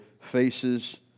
faces